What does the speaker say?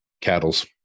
cattle's